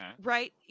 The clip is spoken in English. Right